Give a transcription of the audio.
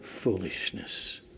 foolishness